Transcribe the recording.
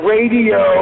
Radio